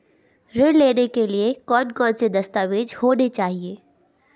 ऋण लेने के लिए कौन कौन से दस्तावेज होने चाहिए?